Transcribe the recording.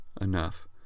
enough